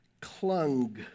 clung